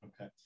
Okay